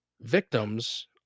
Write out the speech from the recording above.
victims